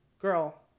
girl